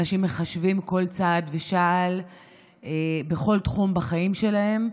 אנשים מחשבים כל צעד ושעל בכל תחום בחיים שלהם,